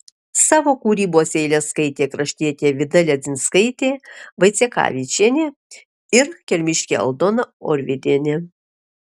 savo kūrybos eiles skaitė kraštietė vida ledzinskaitė vaicekavičienė ir kelmiškė aldona orvidienė